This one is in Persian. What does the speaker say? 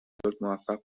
موفق